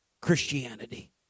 Christianity